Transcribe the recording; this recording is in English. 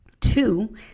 Two